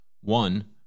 One